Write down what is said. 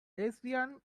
lesbian